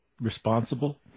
Responsible